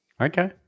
Okay